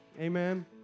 Amen